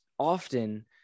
often